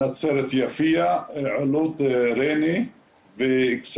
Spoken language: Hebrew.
נצרת, יפיע, עילוט, ראני ואכסאל,